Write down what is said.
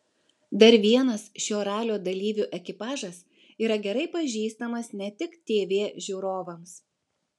dar vienas šio ralio dalyvių ekipažas yra gerai pažįstamas ne tik tv žiūrovams